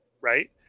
right